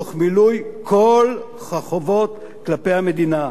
תוך מילוי כל החובות כלפי המדינה.